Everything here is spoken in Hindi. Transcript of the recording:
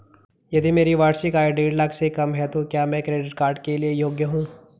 यदि मेरी वार्षिक आय देढ़ लाख से कम है तो क्या मैं क्रेडिट कार्ड के लिए योग्य हूँ?